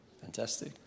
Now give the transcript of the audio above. Fantastic